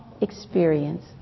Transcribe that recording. experience